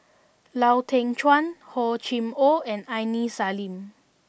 Lau Teng Chuan Hor Chim Or and Aini Salim